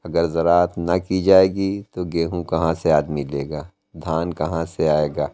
اگر زراعت نہ کی جائے گی تو گیہوں کہاں سے آدمی دے گا دھان کہاں سے آئے گا